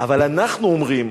אבל אנחנו אומרים,